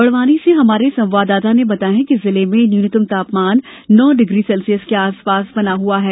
बड़वानी से हमारे संवाददाता ने बताया है कि जिले में न्यूनतम तापमान नौ डिग्री सेल्सियंस के आसपास बना हुआ है